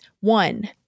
one